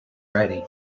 ready